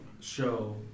show